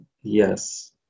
yes